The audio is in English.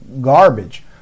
garbage